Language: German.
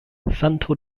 santo